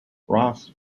ross